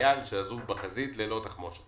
כחייל עזוב בחזית ללא תחמושת.